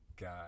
god